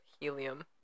helium